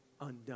undone